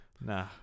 nah